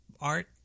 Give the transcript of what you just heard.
art